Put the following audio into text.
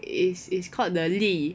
is is called the 力